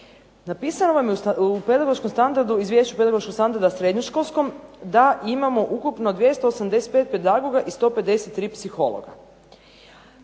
standardu, izvješću pedagoškog standarda srednjoškolskom da imamo ukupno 285 pedagoga i 153 psihologa,